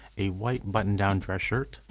a white button-down dress shirt,